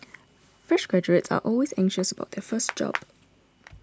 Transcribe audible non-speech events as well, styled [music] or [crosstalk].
fresh graduates are always anxious about their [noise] first job